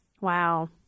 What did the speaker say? Wow